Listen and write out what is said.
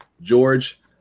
George